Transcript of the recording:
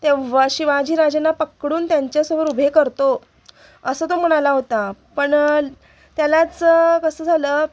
तेव्हा शिवाजी राजांना पक्कडून त्यांच्यासोबर उभे करतो असं तो म्हणाला होता पण त्यालाच कसं झालं